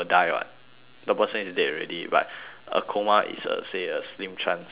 the person is dead already but a coma is a say a slim chance then